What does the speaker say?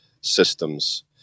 systems